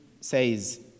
says